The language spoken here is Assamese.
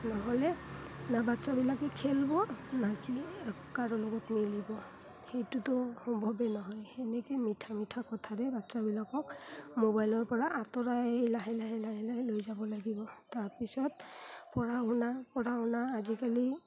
নহ'লে না বাচ্ছাবিলাকে খেলিব না কি কাৰো লগত মিলিব সেইটোতো সম্ভৱে নহয় সেনেকৈ মিঠা মিঠা কথাৰে বাচ্ছাবিলাকক মোবাইলৰ পৰা আঁতৰাই লাহে লাহে লাহে লাহে লৈ যাব লাগিব তাৰপিছত পঢ়া শুনা পঢ়া শুনা আজিকালি